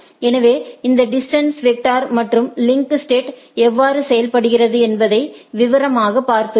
எனவே இந்த distance vector மற்றும் லிங்க் ஸ்டேட் எவ்வாறு செயல்படுகிறது என்பதை விவரமாக பார்த்துள்ளோம்